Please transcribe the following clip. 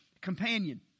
companion